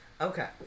Okay